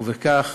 ובכך